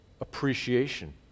appreciation